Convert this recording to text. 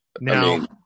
Now